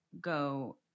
go